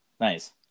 nice